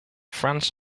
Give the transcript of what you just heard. france